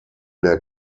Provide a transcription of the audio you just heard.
der